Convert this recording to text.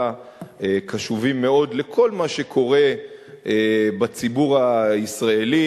קשובים מאוד לכל מה שקורה בציבור הישראלי.